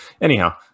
anyhow